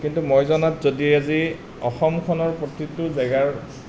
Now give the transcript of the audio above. কিন্তু মই জনাত যদি আজি অসমখনৰ প্ৰতিটো জেগাৰ